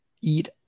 eat